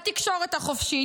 התקשורת החופשית,